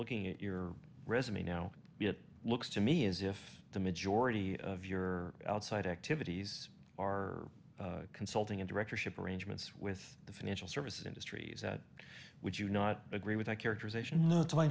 looking at your resume now it looks to me as if the majority of your outside activities are consulting and directorship arrangements with the financial services industry is that would you not agree with that characterization n